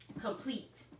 complete